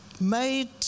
made